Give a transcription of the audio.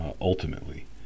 ultimately